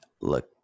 look